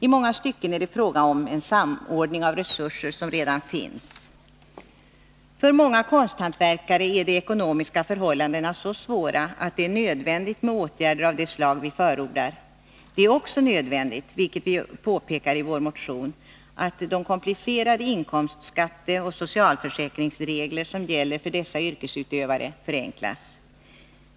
I många stycken är det fråga om en samordning av resurser som redan finns. För många konsthantverkare är de ekonomiska förhållandena så svåra att det är nödvändigt med åtgärder av det slag vi förordar. Det är också nödvändigt — vilket vi påpekar i vår motion — att de komplicerade inkomstskatteoch socialförsäkringsregler som gäller för dessa yrkesutövare | förenklas.